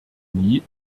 nie